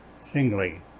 singly